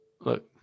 look